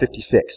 56